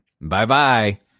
Bye-bye